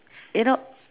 you know